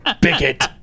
bigot